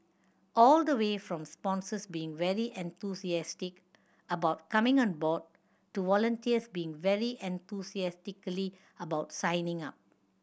all the way from sponsors being very enthusiastic about coming on board to volunteers being very enthusiastically about signing up